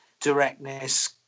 directness